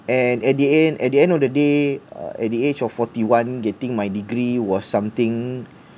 and at the end at the end of the day uh at the age of forty one getting my degree was something